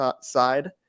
side